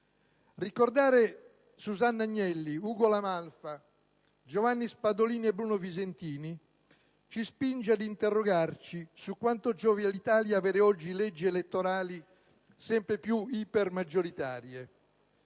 Ricordare Susanna Agnelli, Ugo La Malfa, Giovanni Spadolini e Bruno Visentini, ci spinge ad interrogarci su quanto giovi all'Italia avere oggi leggi elettorali sempre più ipermaggioritarie.